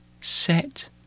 set